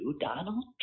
Donald